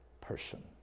person